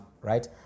right